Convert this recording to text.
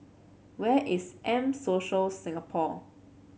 where is M Social Singapore